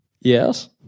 Yes